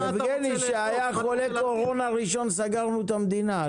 יבגני שהיה חולה קורונה ראשון סגרנו את המדינה,